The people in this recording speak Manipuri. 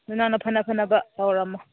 ꯑꯗꯨ ꯅꯪꯅ ꯐꯅ ꯐꯅꯕ ꯇꯧꯔꯝꯃꯣ